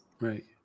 Right